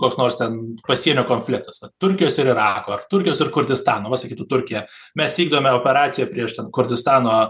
koks nors ten pasienio konfliktas vat turkijos ir irako ar turkijos ar kurdistano va sakytų turkija mes vykdome operaciją prieš kurdistano